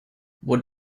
what